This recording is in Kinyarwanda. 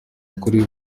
kuri